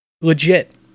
Legit